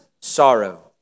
sorrow